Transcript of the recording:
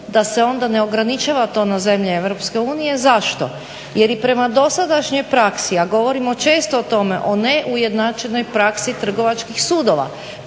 da se onda ne ograničava to na zemlje Europske unije. Zašto, jer i prema dosadašnjoj praksi, a govorimo često o tome, o neujednačenoj praksi trgovačkih sudova